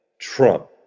Trump